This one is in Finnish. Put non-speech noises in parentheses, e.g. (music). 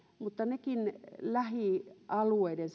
ja niillekin lähialueiden (unintelligible)